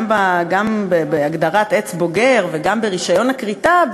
גם בהגדרת עץ בוגר וגם ברישיון הכריתה,